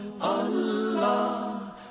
Allah